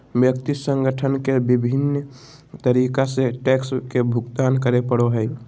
व्यक्ति संगठन के विभिन्न तरीका से टैक्स के भुगतान करे पड़ो हइ